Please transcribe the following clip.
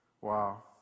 Wow